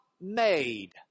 made